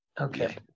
Okay